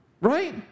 Right